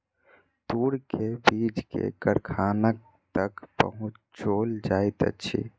तूर के बीछ के कारखाना तक पहुचौल जाइत अछि